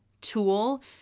tool